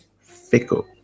fickle